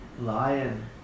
Lion